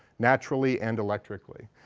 naturally and electrically.